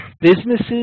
businesses